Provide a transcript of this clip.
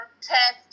test